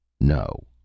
No